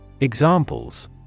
Examples